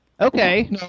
Okay